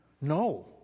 No